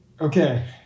Okay